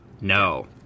No